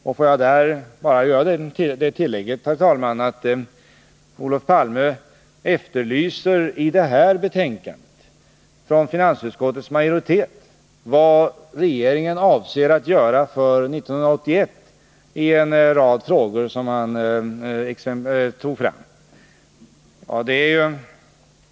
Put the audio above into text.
Får jag på den punkten bara göra det tillägget, herr talman, att Olof Palme efterlyser uppgifter i finansutskottets betänkande om vad regeringen avser att göra 1981 i en rad frågor som han tog upp.